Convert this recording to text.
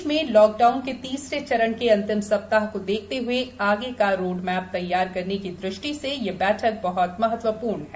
देश में लॉकडाउन के तीसरे चरण के अंतिम सप्ताह को देखते हुए आगे का रोडमैप तैयार करने की दृष्टि से यह बैठक बह्त महत्वपूर्ण है